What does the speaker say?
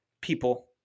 people